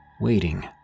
waiting